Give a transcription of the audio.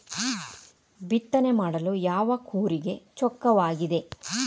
ಬಿತ್ತನೆ ಮಾಡಲು ಯಾವ ಕೂರಿಗೆ ಚೊಕ್ಕವಾಗಿದೆ?